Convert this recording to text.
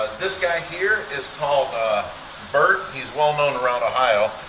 this guy here is called burt. he's well known around ohio.